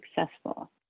successful